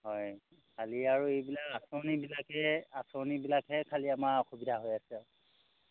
হয় খালি আৰু এইবিলাক আঁচনিবিলাকে আঁচনিবিলাকহে খালী আমাৰ অসুবিধা হৈ আছে আৰু